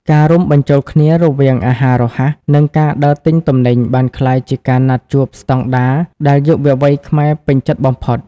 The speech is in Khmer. ការរួមបញ្ចូលគ្នារវាងអាហាររហ័ស និងការដើរទិញទំនិញ បានក្លាយជាការណាត់ជួបស្តង់ដារដែលយុវវ័យខ្មែរពេញចិត្តបំផុត។